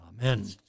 Amen